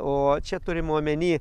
o čia turima omeny